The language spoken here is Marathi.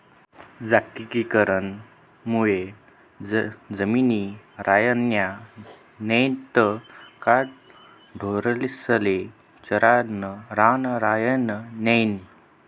जागतिकीकरण मुये जमिनी रायन्या नैत का ढोरेस्ले चरानं रान रायनं नै